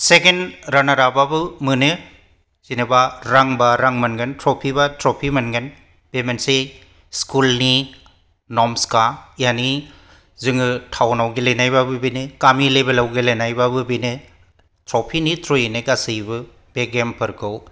second रानार आपआबो मोनो जेनोबा रां बा रां मोनोगोन ट्रोफिबा ट्रोफि मोनगोन बे मोनसे स्कूलनि न'र्म्सखा यानि जोङो टाउनाव गेलेनाय बाबो बेनो गामि लेवेलाव गेलेनाय बाबो बेनो ट्रोफिनो थ्रुयैनो गासिबो बे गेमफोरखौ